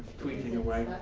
tweeting away.